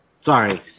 Sorry